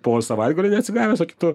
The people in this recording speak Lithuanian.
po savaitgalio neatsigavęs o kitu